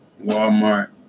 Walmart